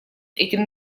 этим